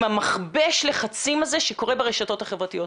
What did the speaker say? מכבש הלחצים הזה שקורה ברשתות החברתיות.